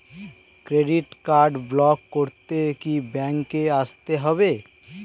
Credit card block করতে কি ব্যাংকে আসতে হবে?